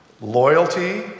Loyalty